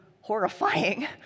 horrifying